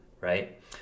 right